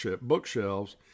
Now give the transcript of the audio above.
bookshelves